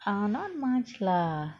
err not march lah